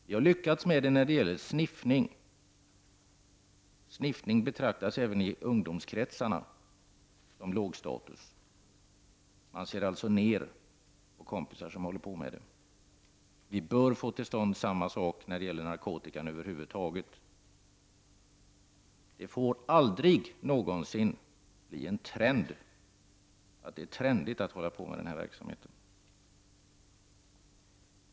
Vi har lyckats få denna attityd till sniffningen. Den betraktas även i ungdomskretsarna som en lågstatushantering; ungdomarna ser alltså ned på kompisar som sniffar. Vi bör få till stånd samma sak när det gäller narkotika. Det får aldrig någonsin bli trendigt att hålla på med denna verksamhet.